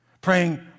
Praying